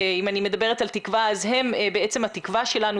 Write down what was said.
ואם אני מדברת על תקווה, הם בעצם התקווה שלנו.